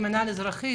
כמנהל אזרחי,